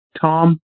Tom